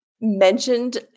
mentioned